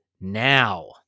now